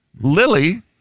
Lily